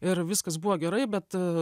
ir viskas buvo gerai bet